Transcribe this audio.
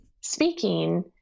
speaking